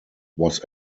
was